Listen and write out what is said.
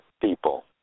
people